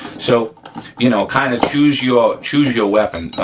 so you know, kind of choose your choose your weapon.